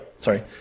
Sorry